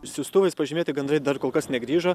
siųstuvais pažymėti gandrai dar kol kas negrįžo